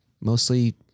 Mostly